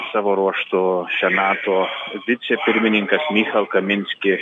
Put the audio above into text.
savo ruožtu senato vicepirmininkas michal kaminski